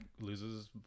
loses